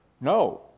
No